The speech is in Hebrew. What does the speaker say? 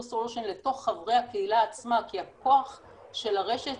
לתוך חברי הקהילה עצמה כי הכוח של הרשת